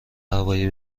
هوایی